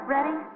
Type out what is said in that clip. Ready